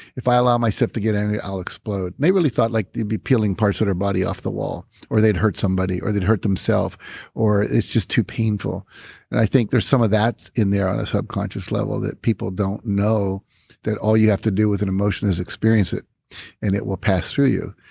if i allow myself to get angry i'll explode. they rally thought like it'd be peeling parts of their body off the wall, or they'd hurt somebody or they'd hurt themselves or it's just too painful and i think there's some of that in there on a subconscious level that people don't know that all you have to do with an emotion is experience it and it will pass through you.